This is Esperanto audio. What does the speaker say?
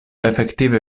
efektive